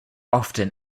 often